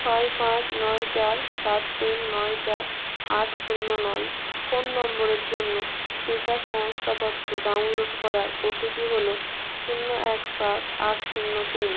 ছয় পাঁচ নয় চার সাত তিন নয় চার আট শূন্য নয় ফোন নম্বরের জন্য টিকা শংসাপত্র ডাউনলোড করার ওটিপি হল শূন্য এক সাত আট শূন্য তিন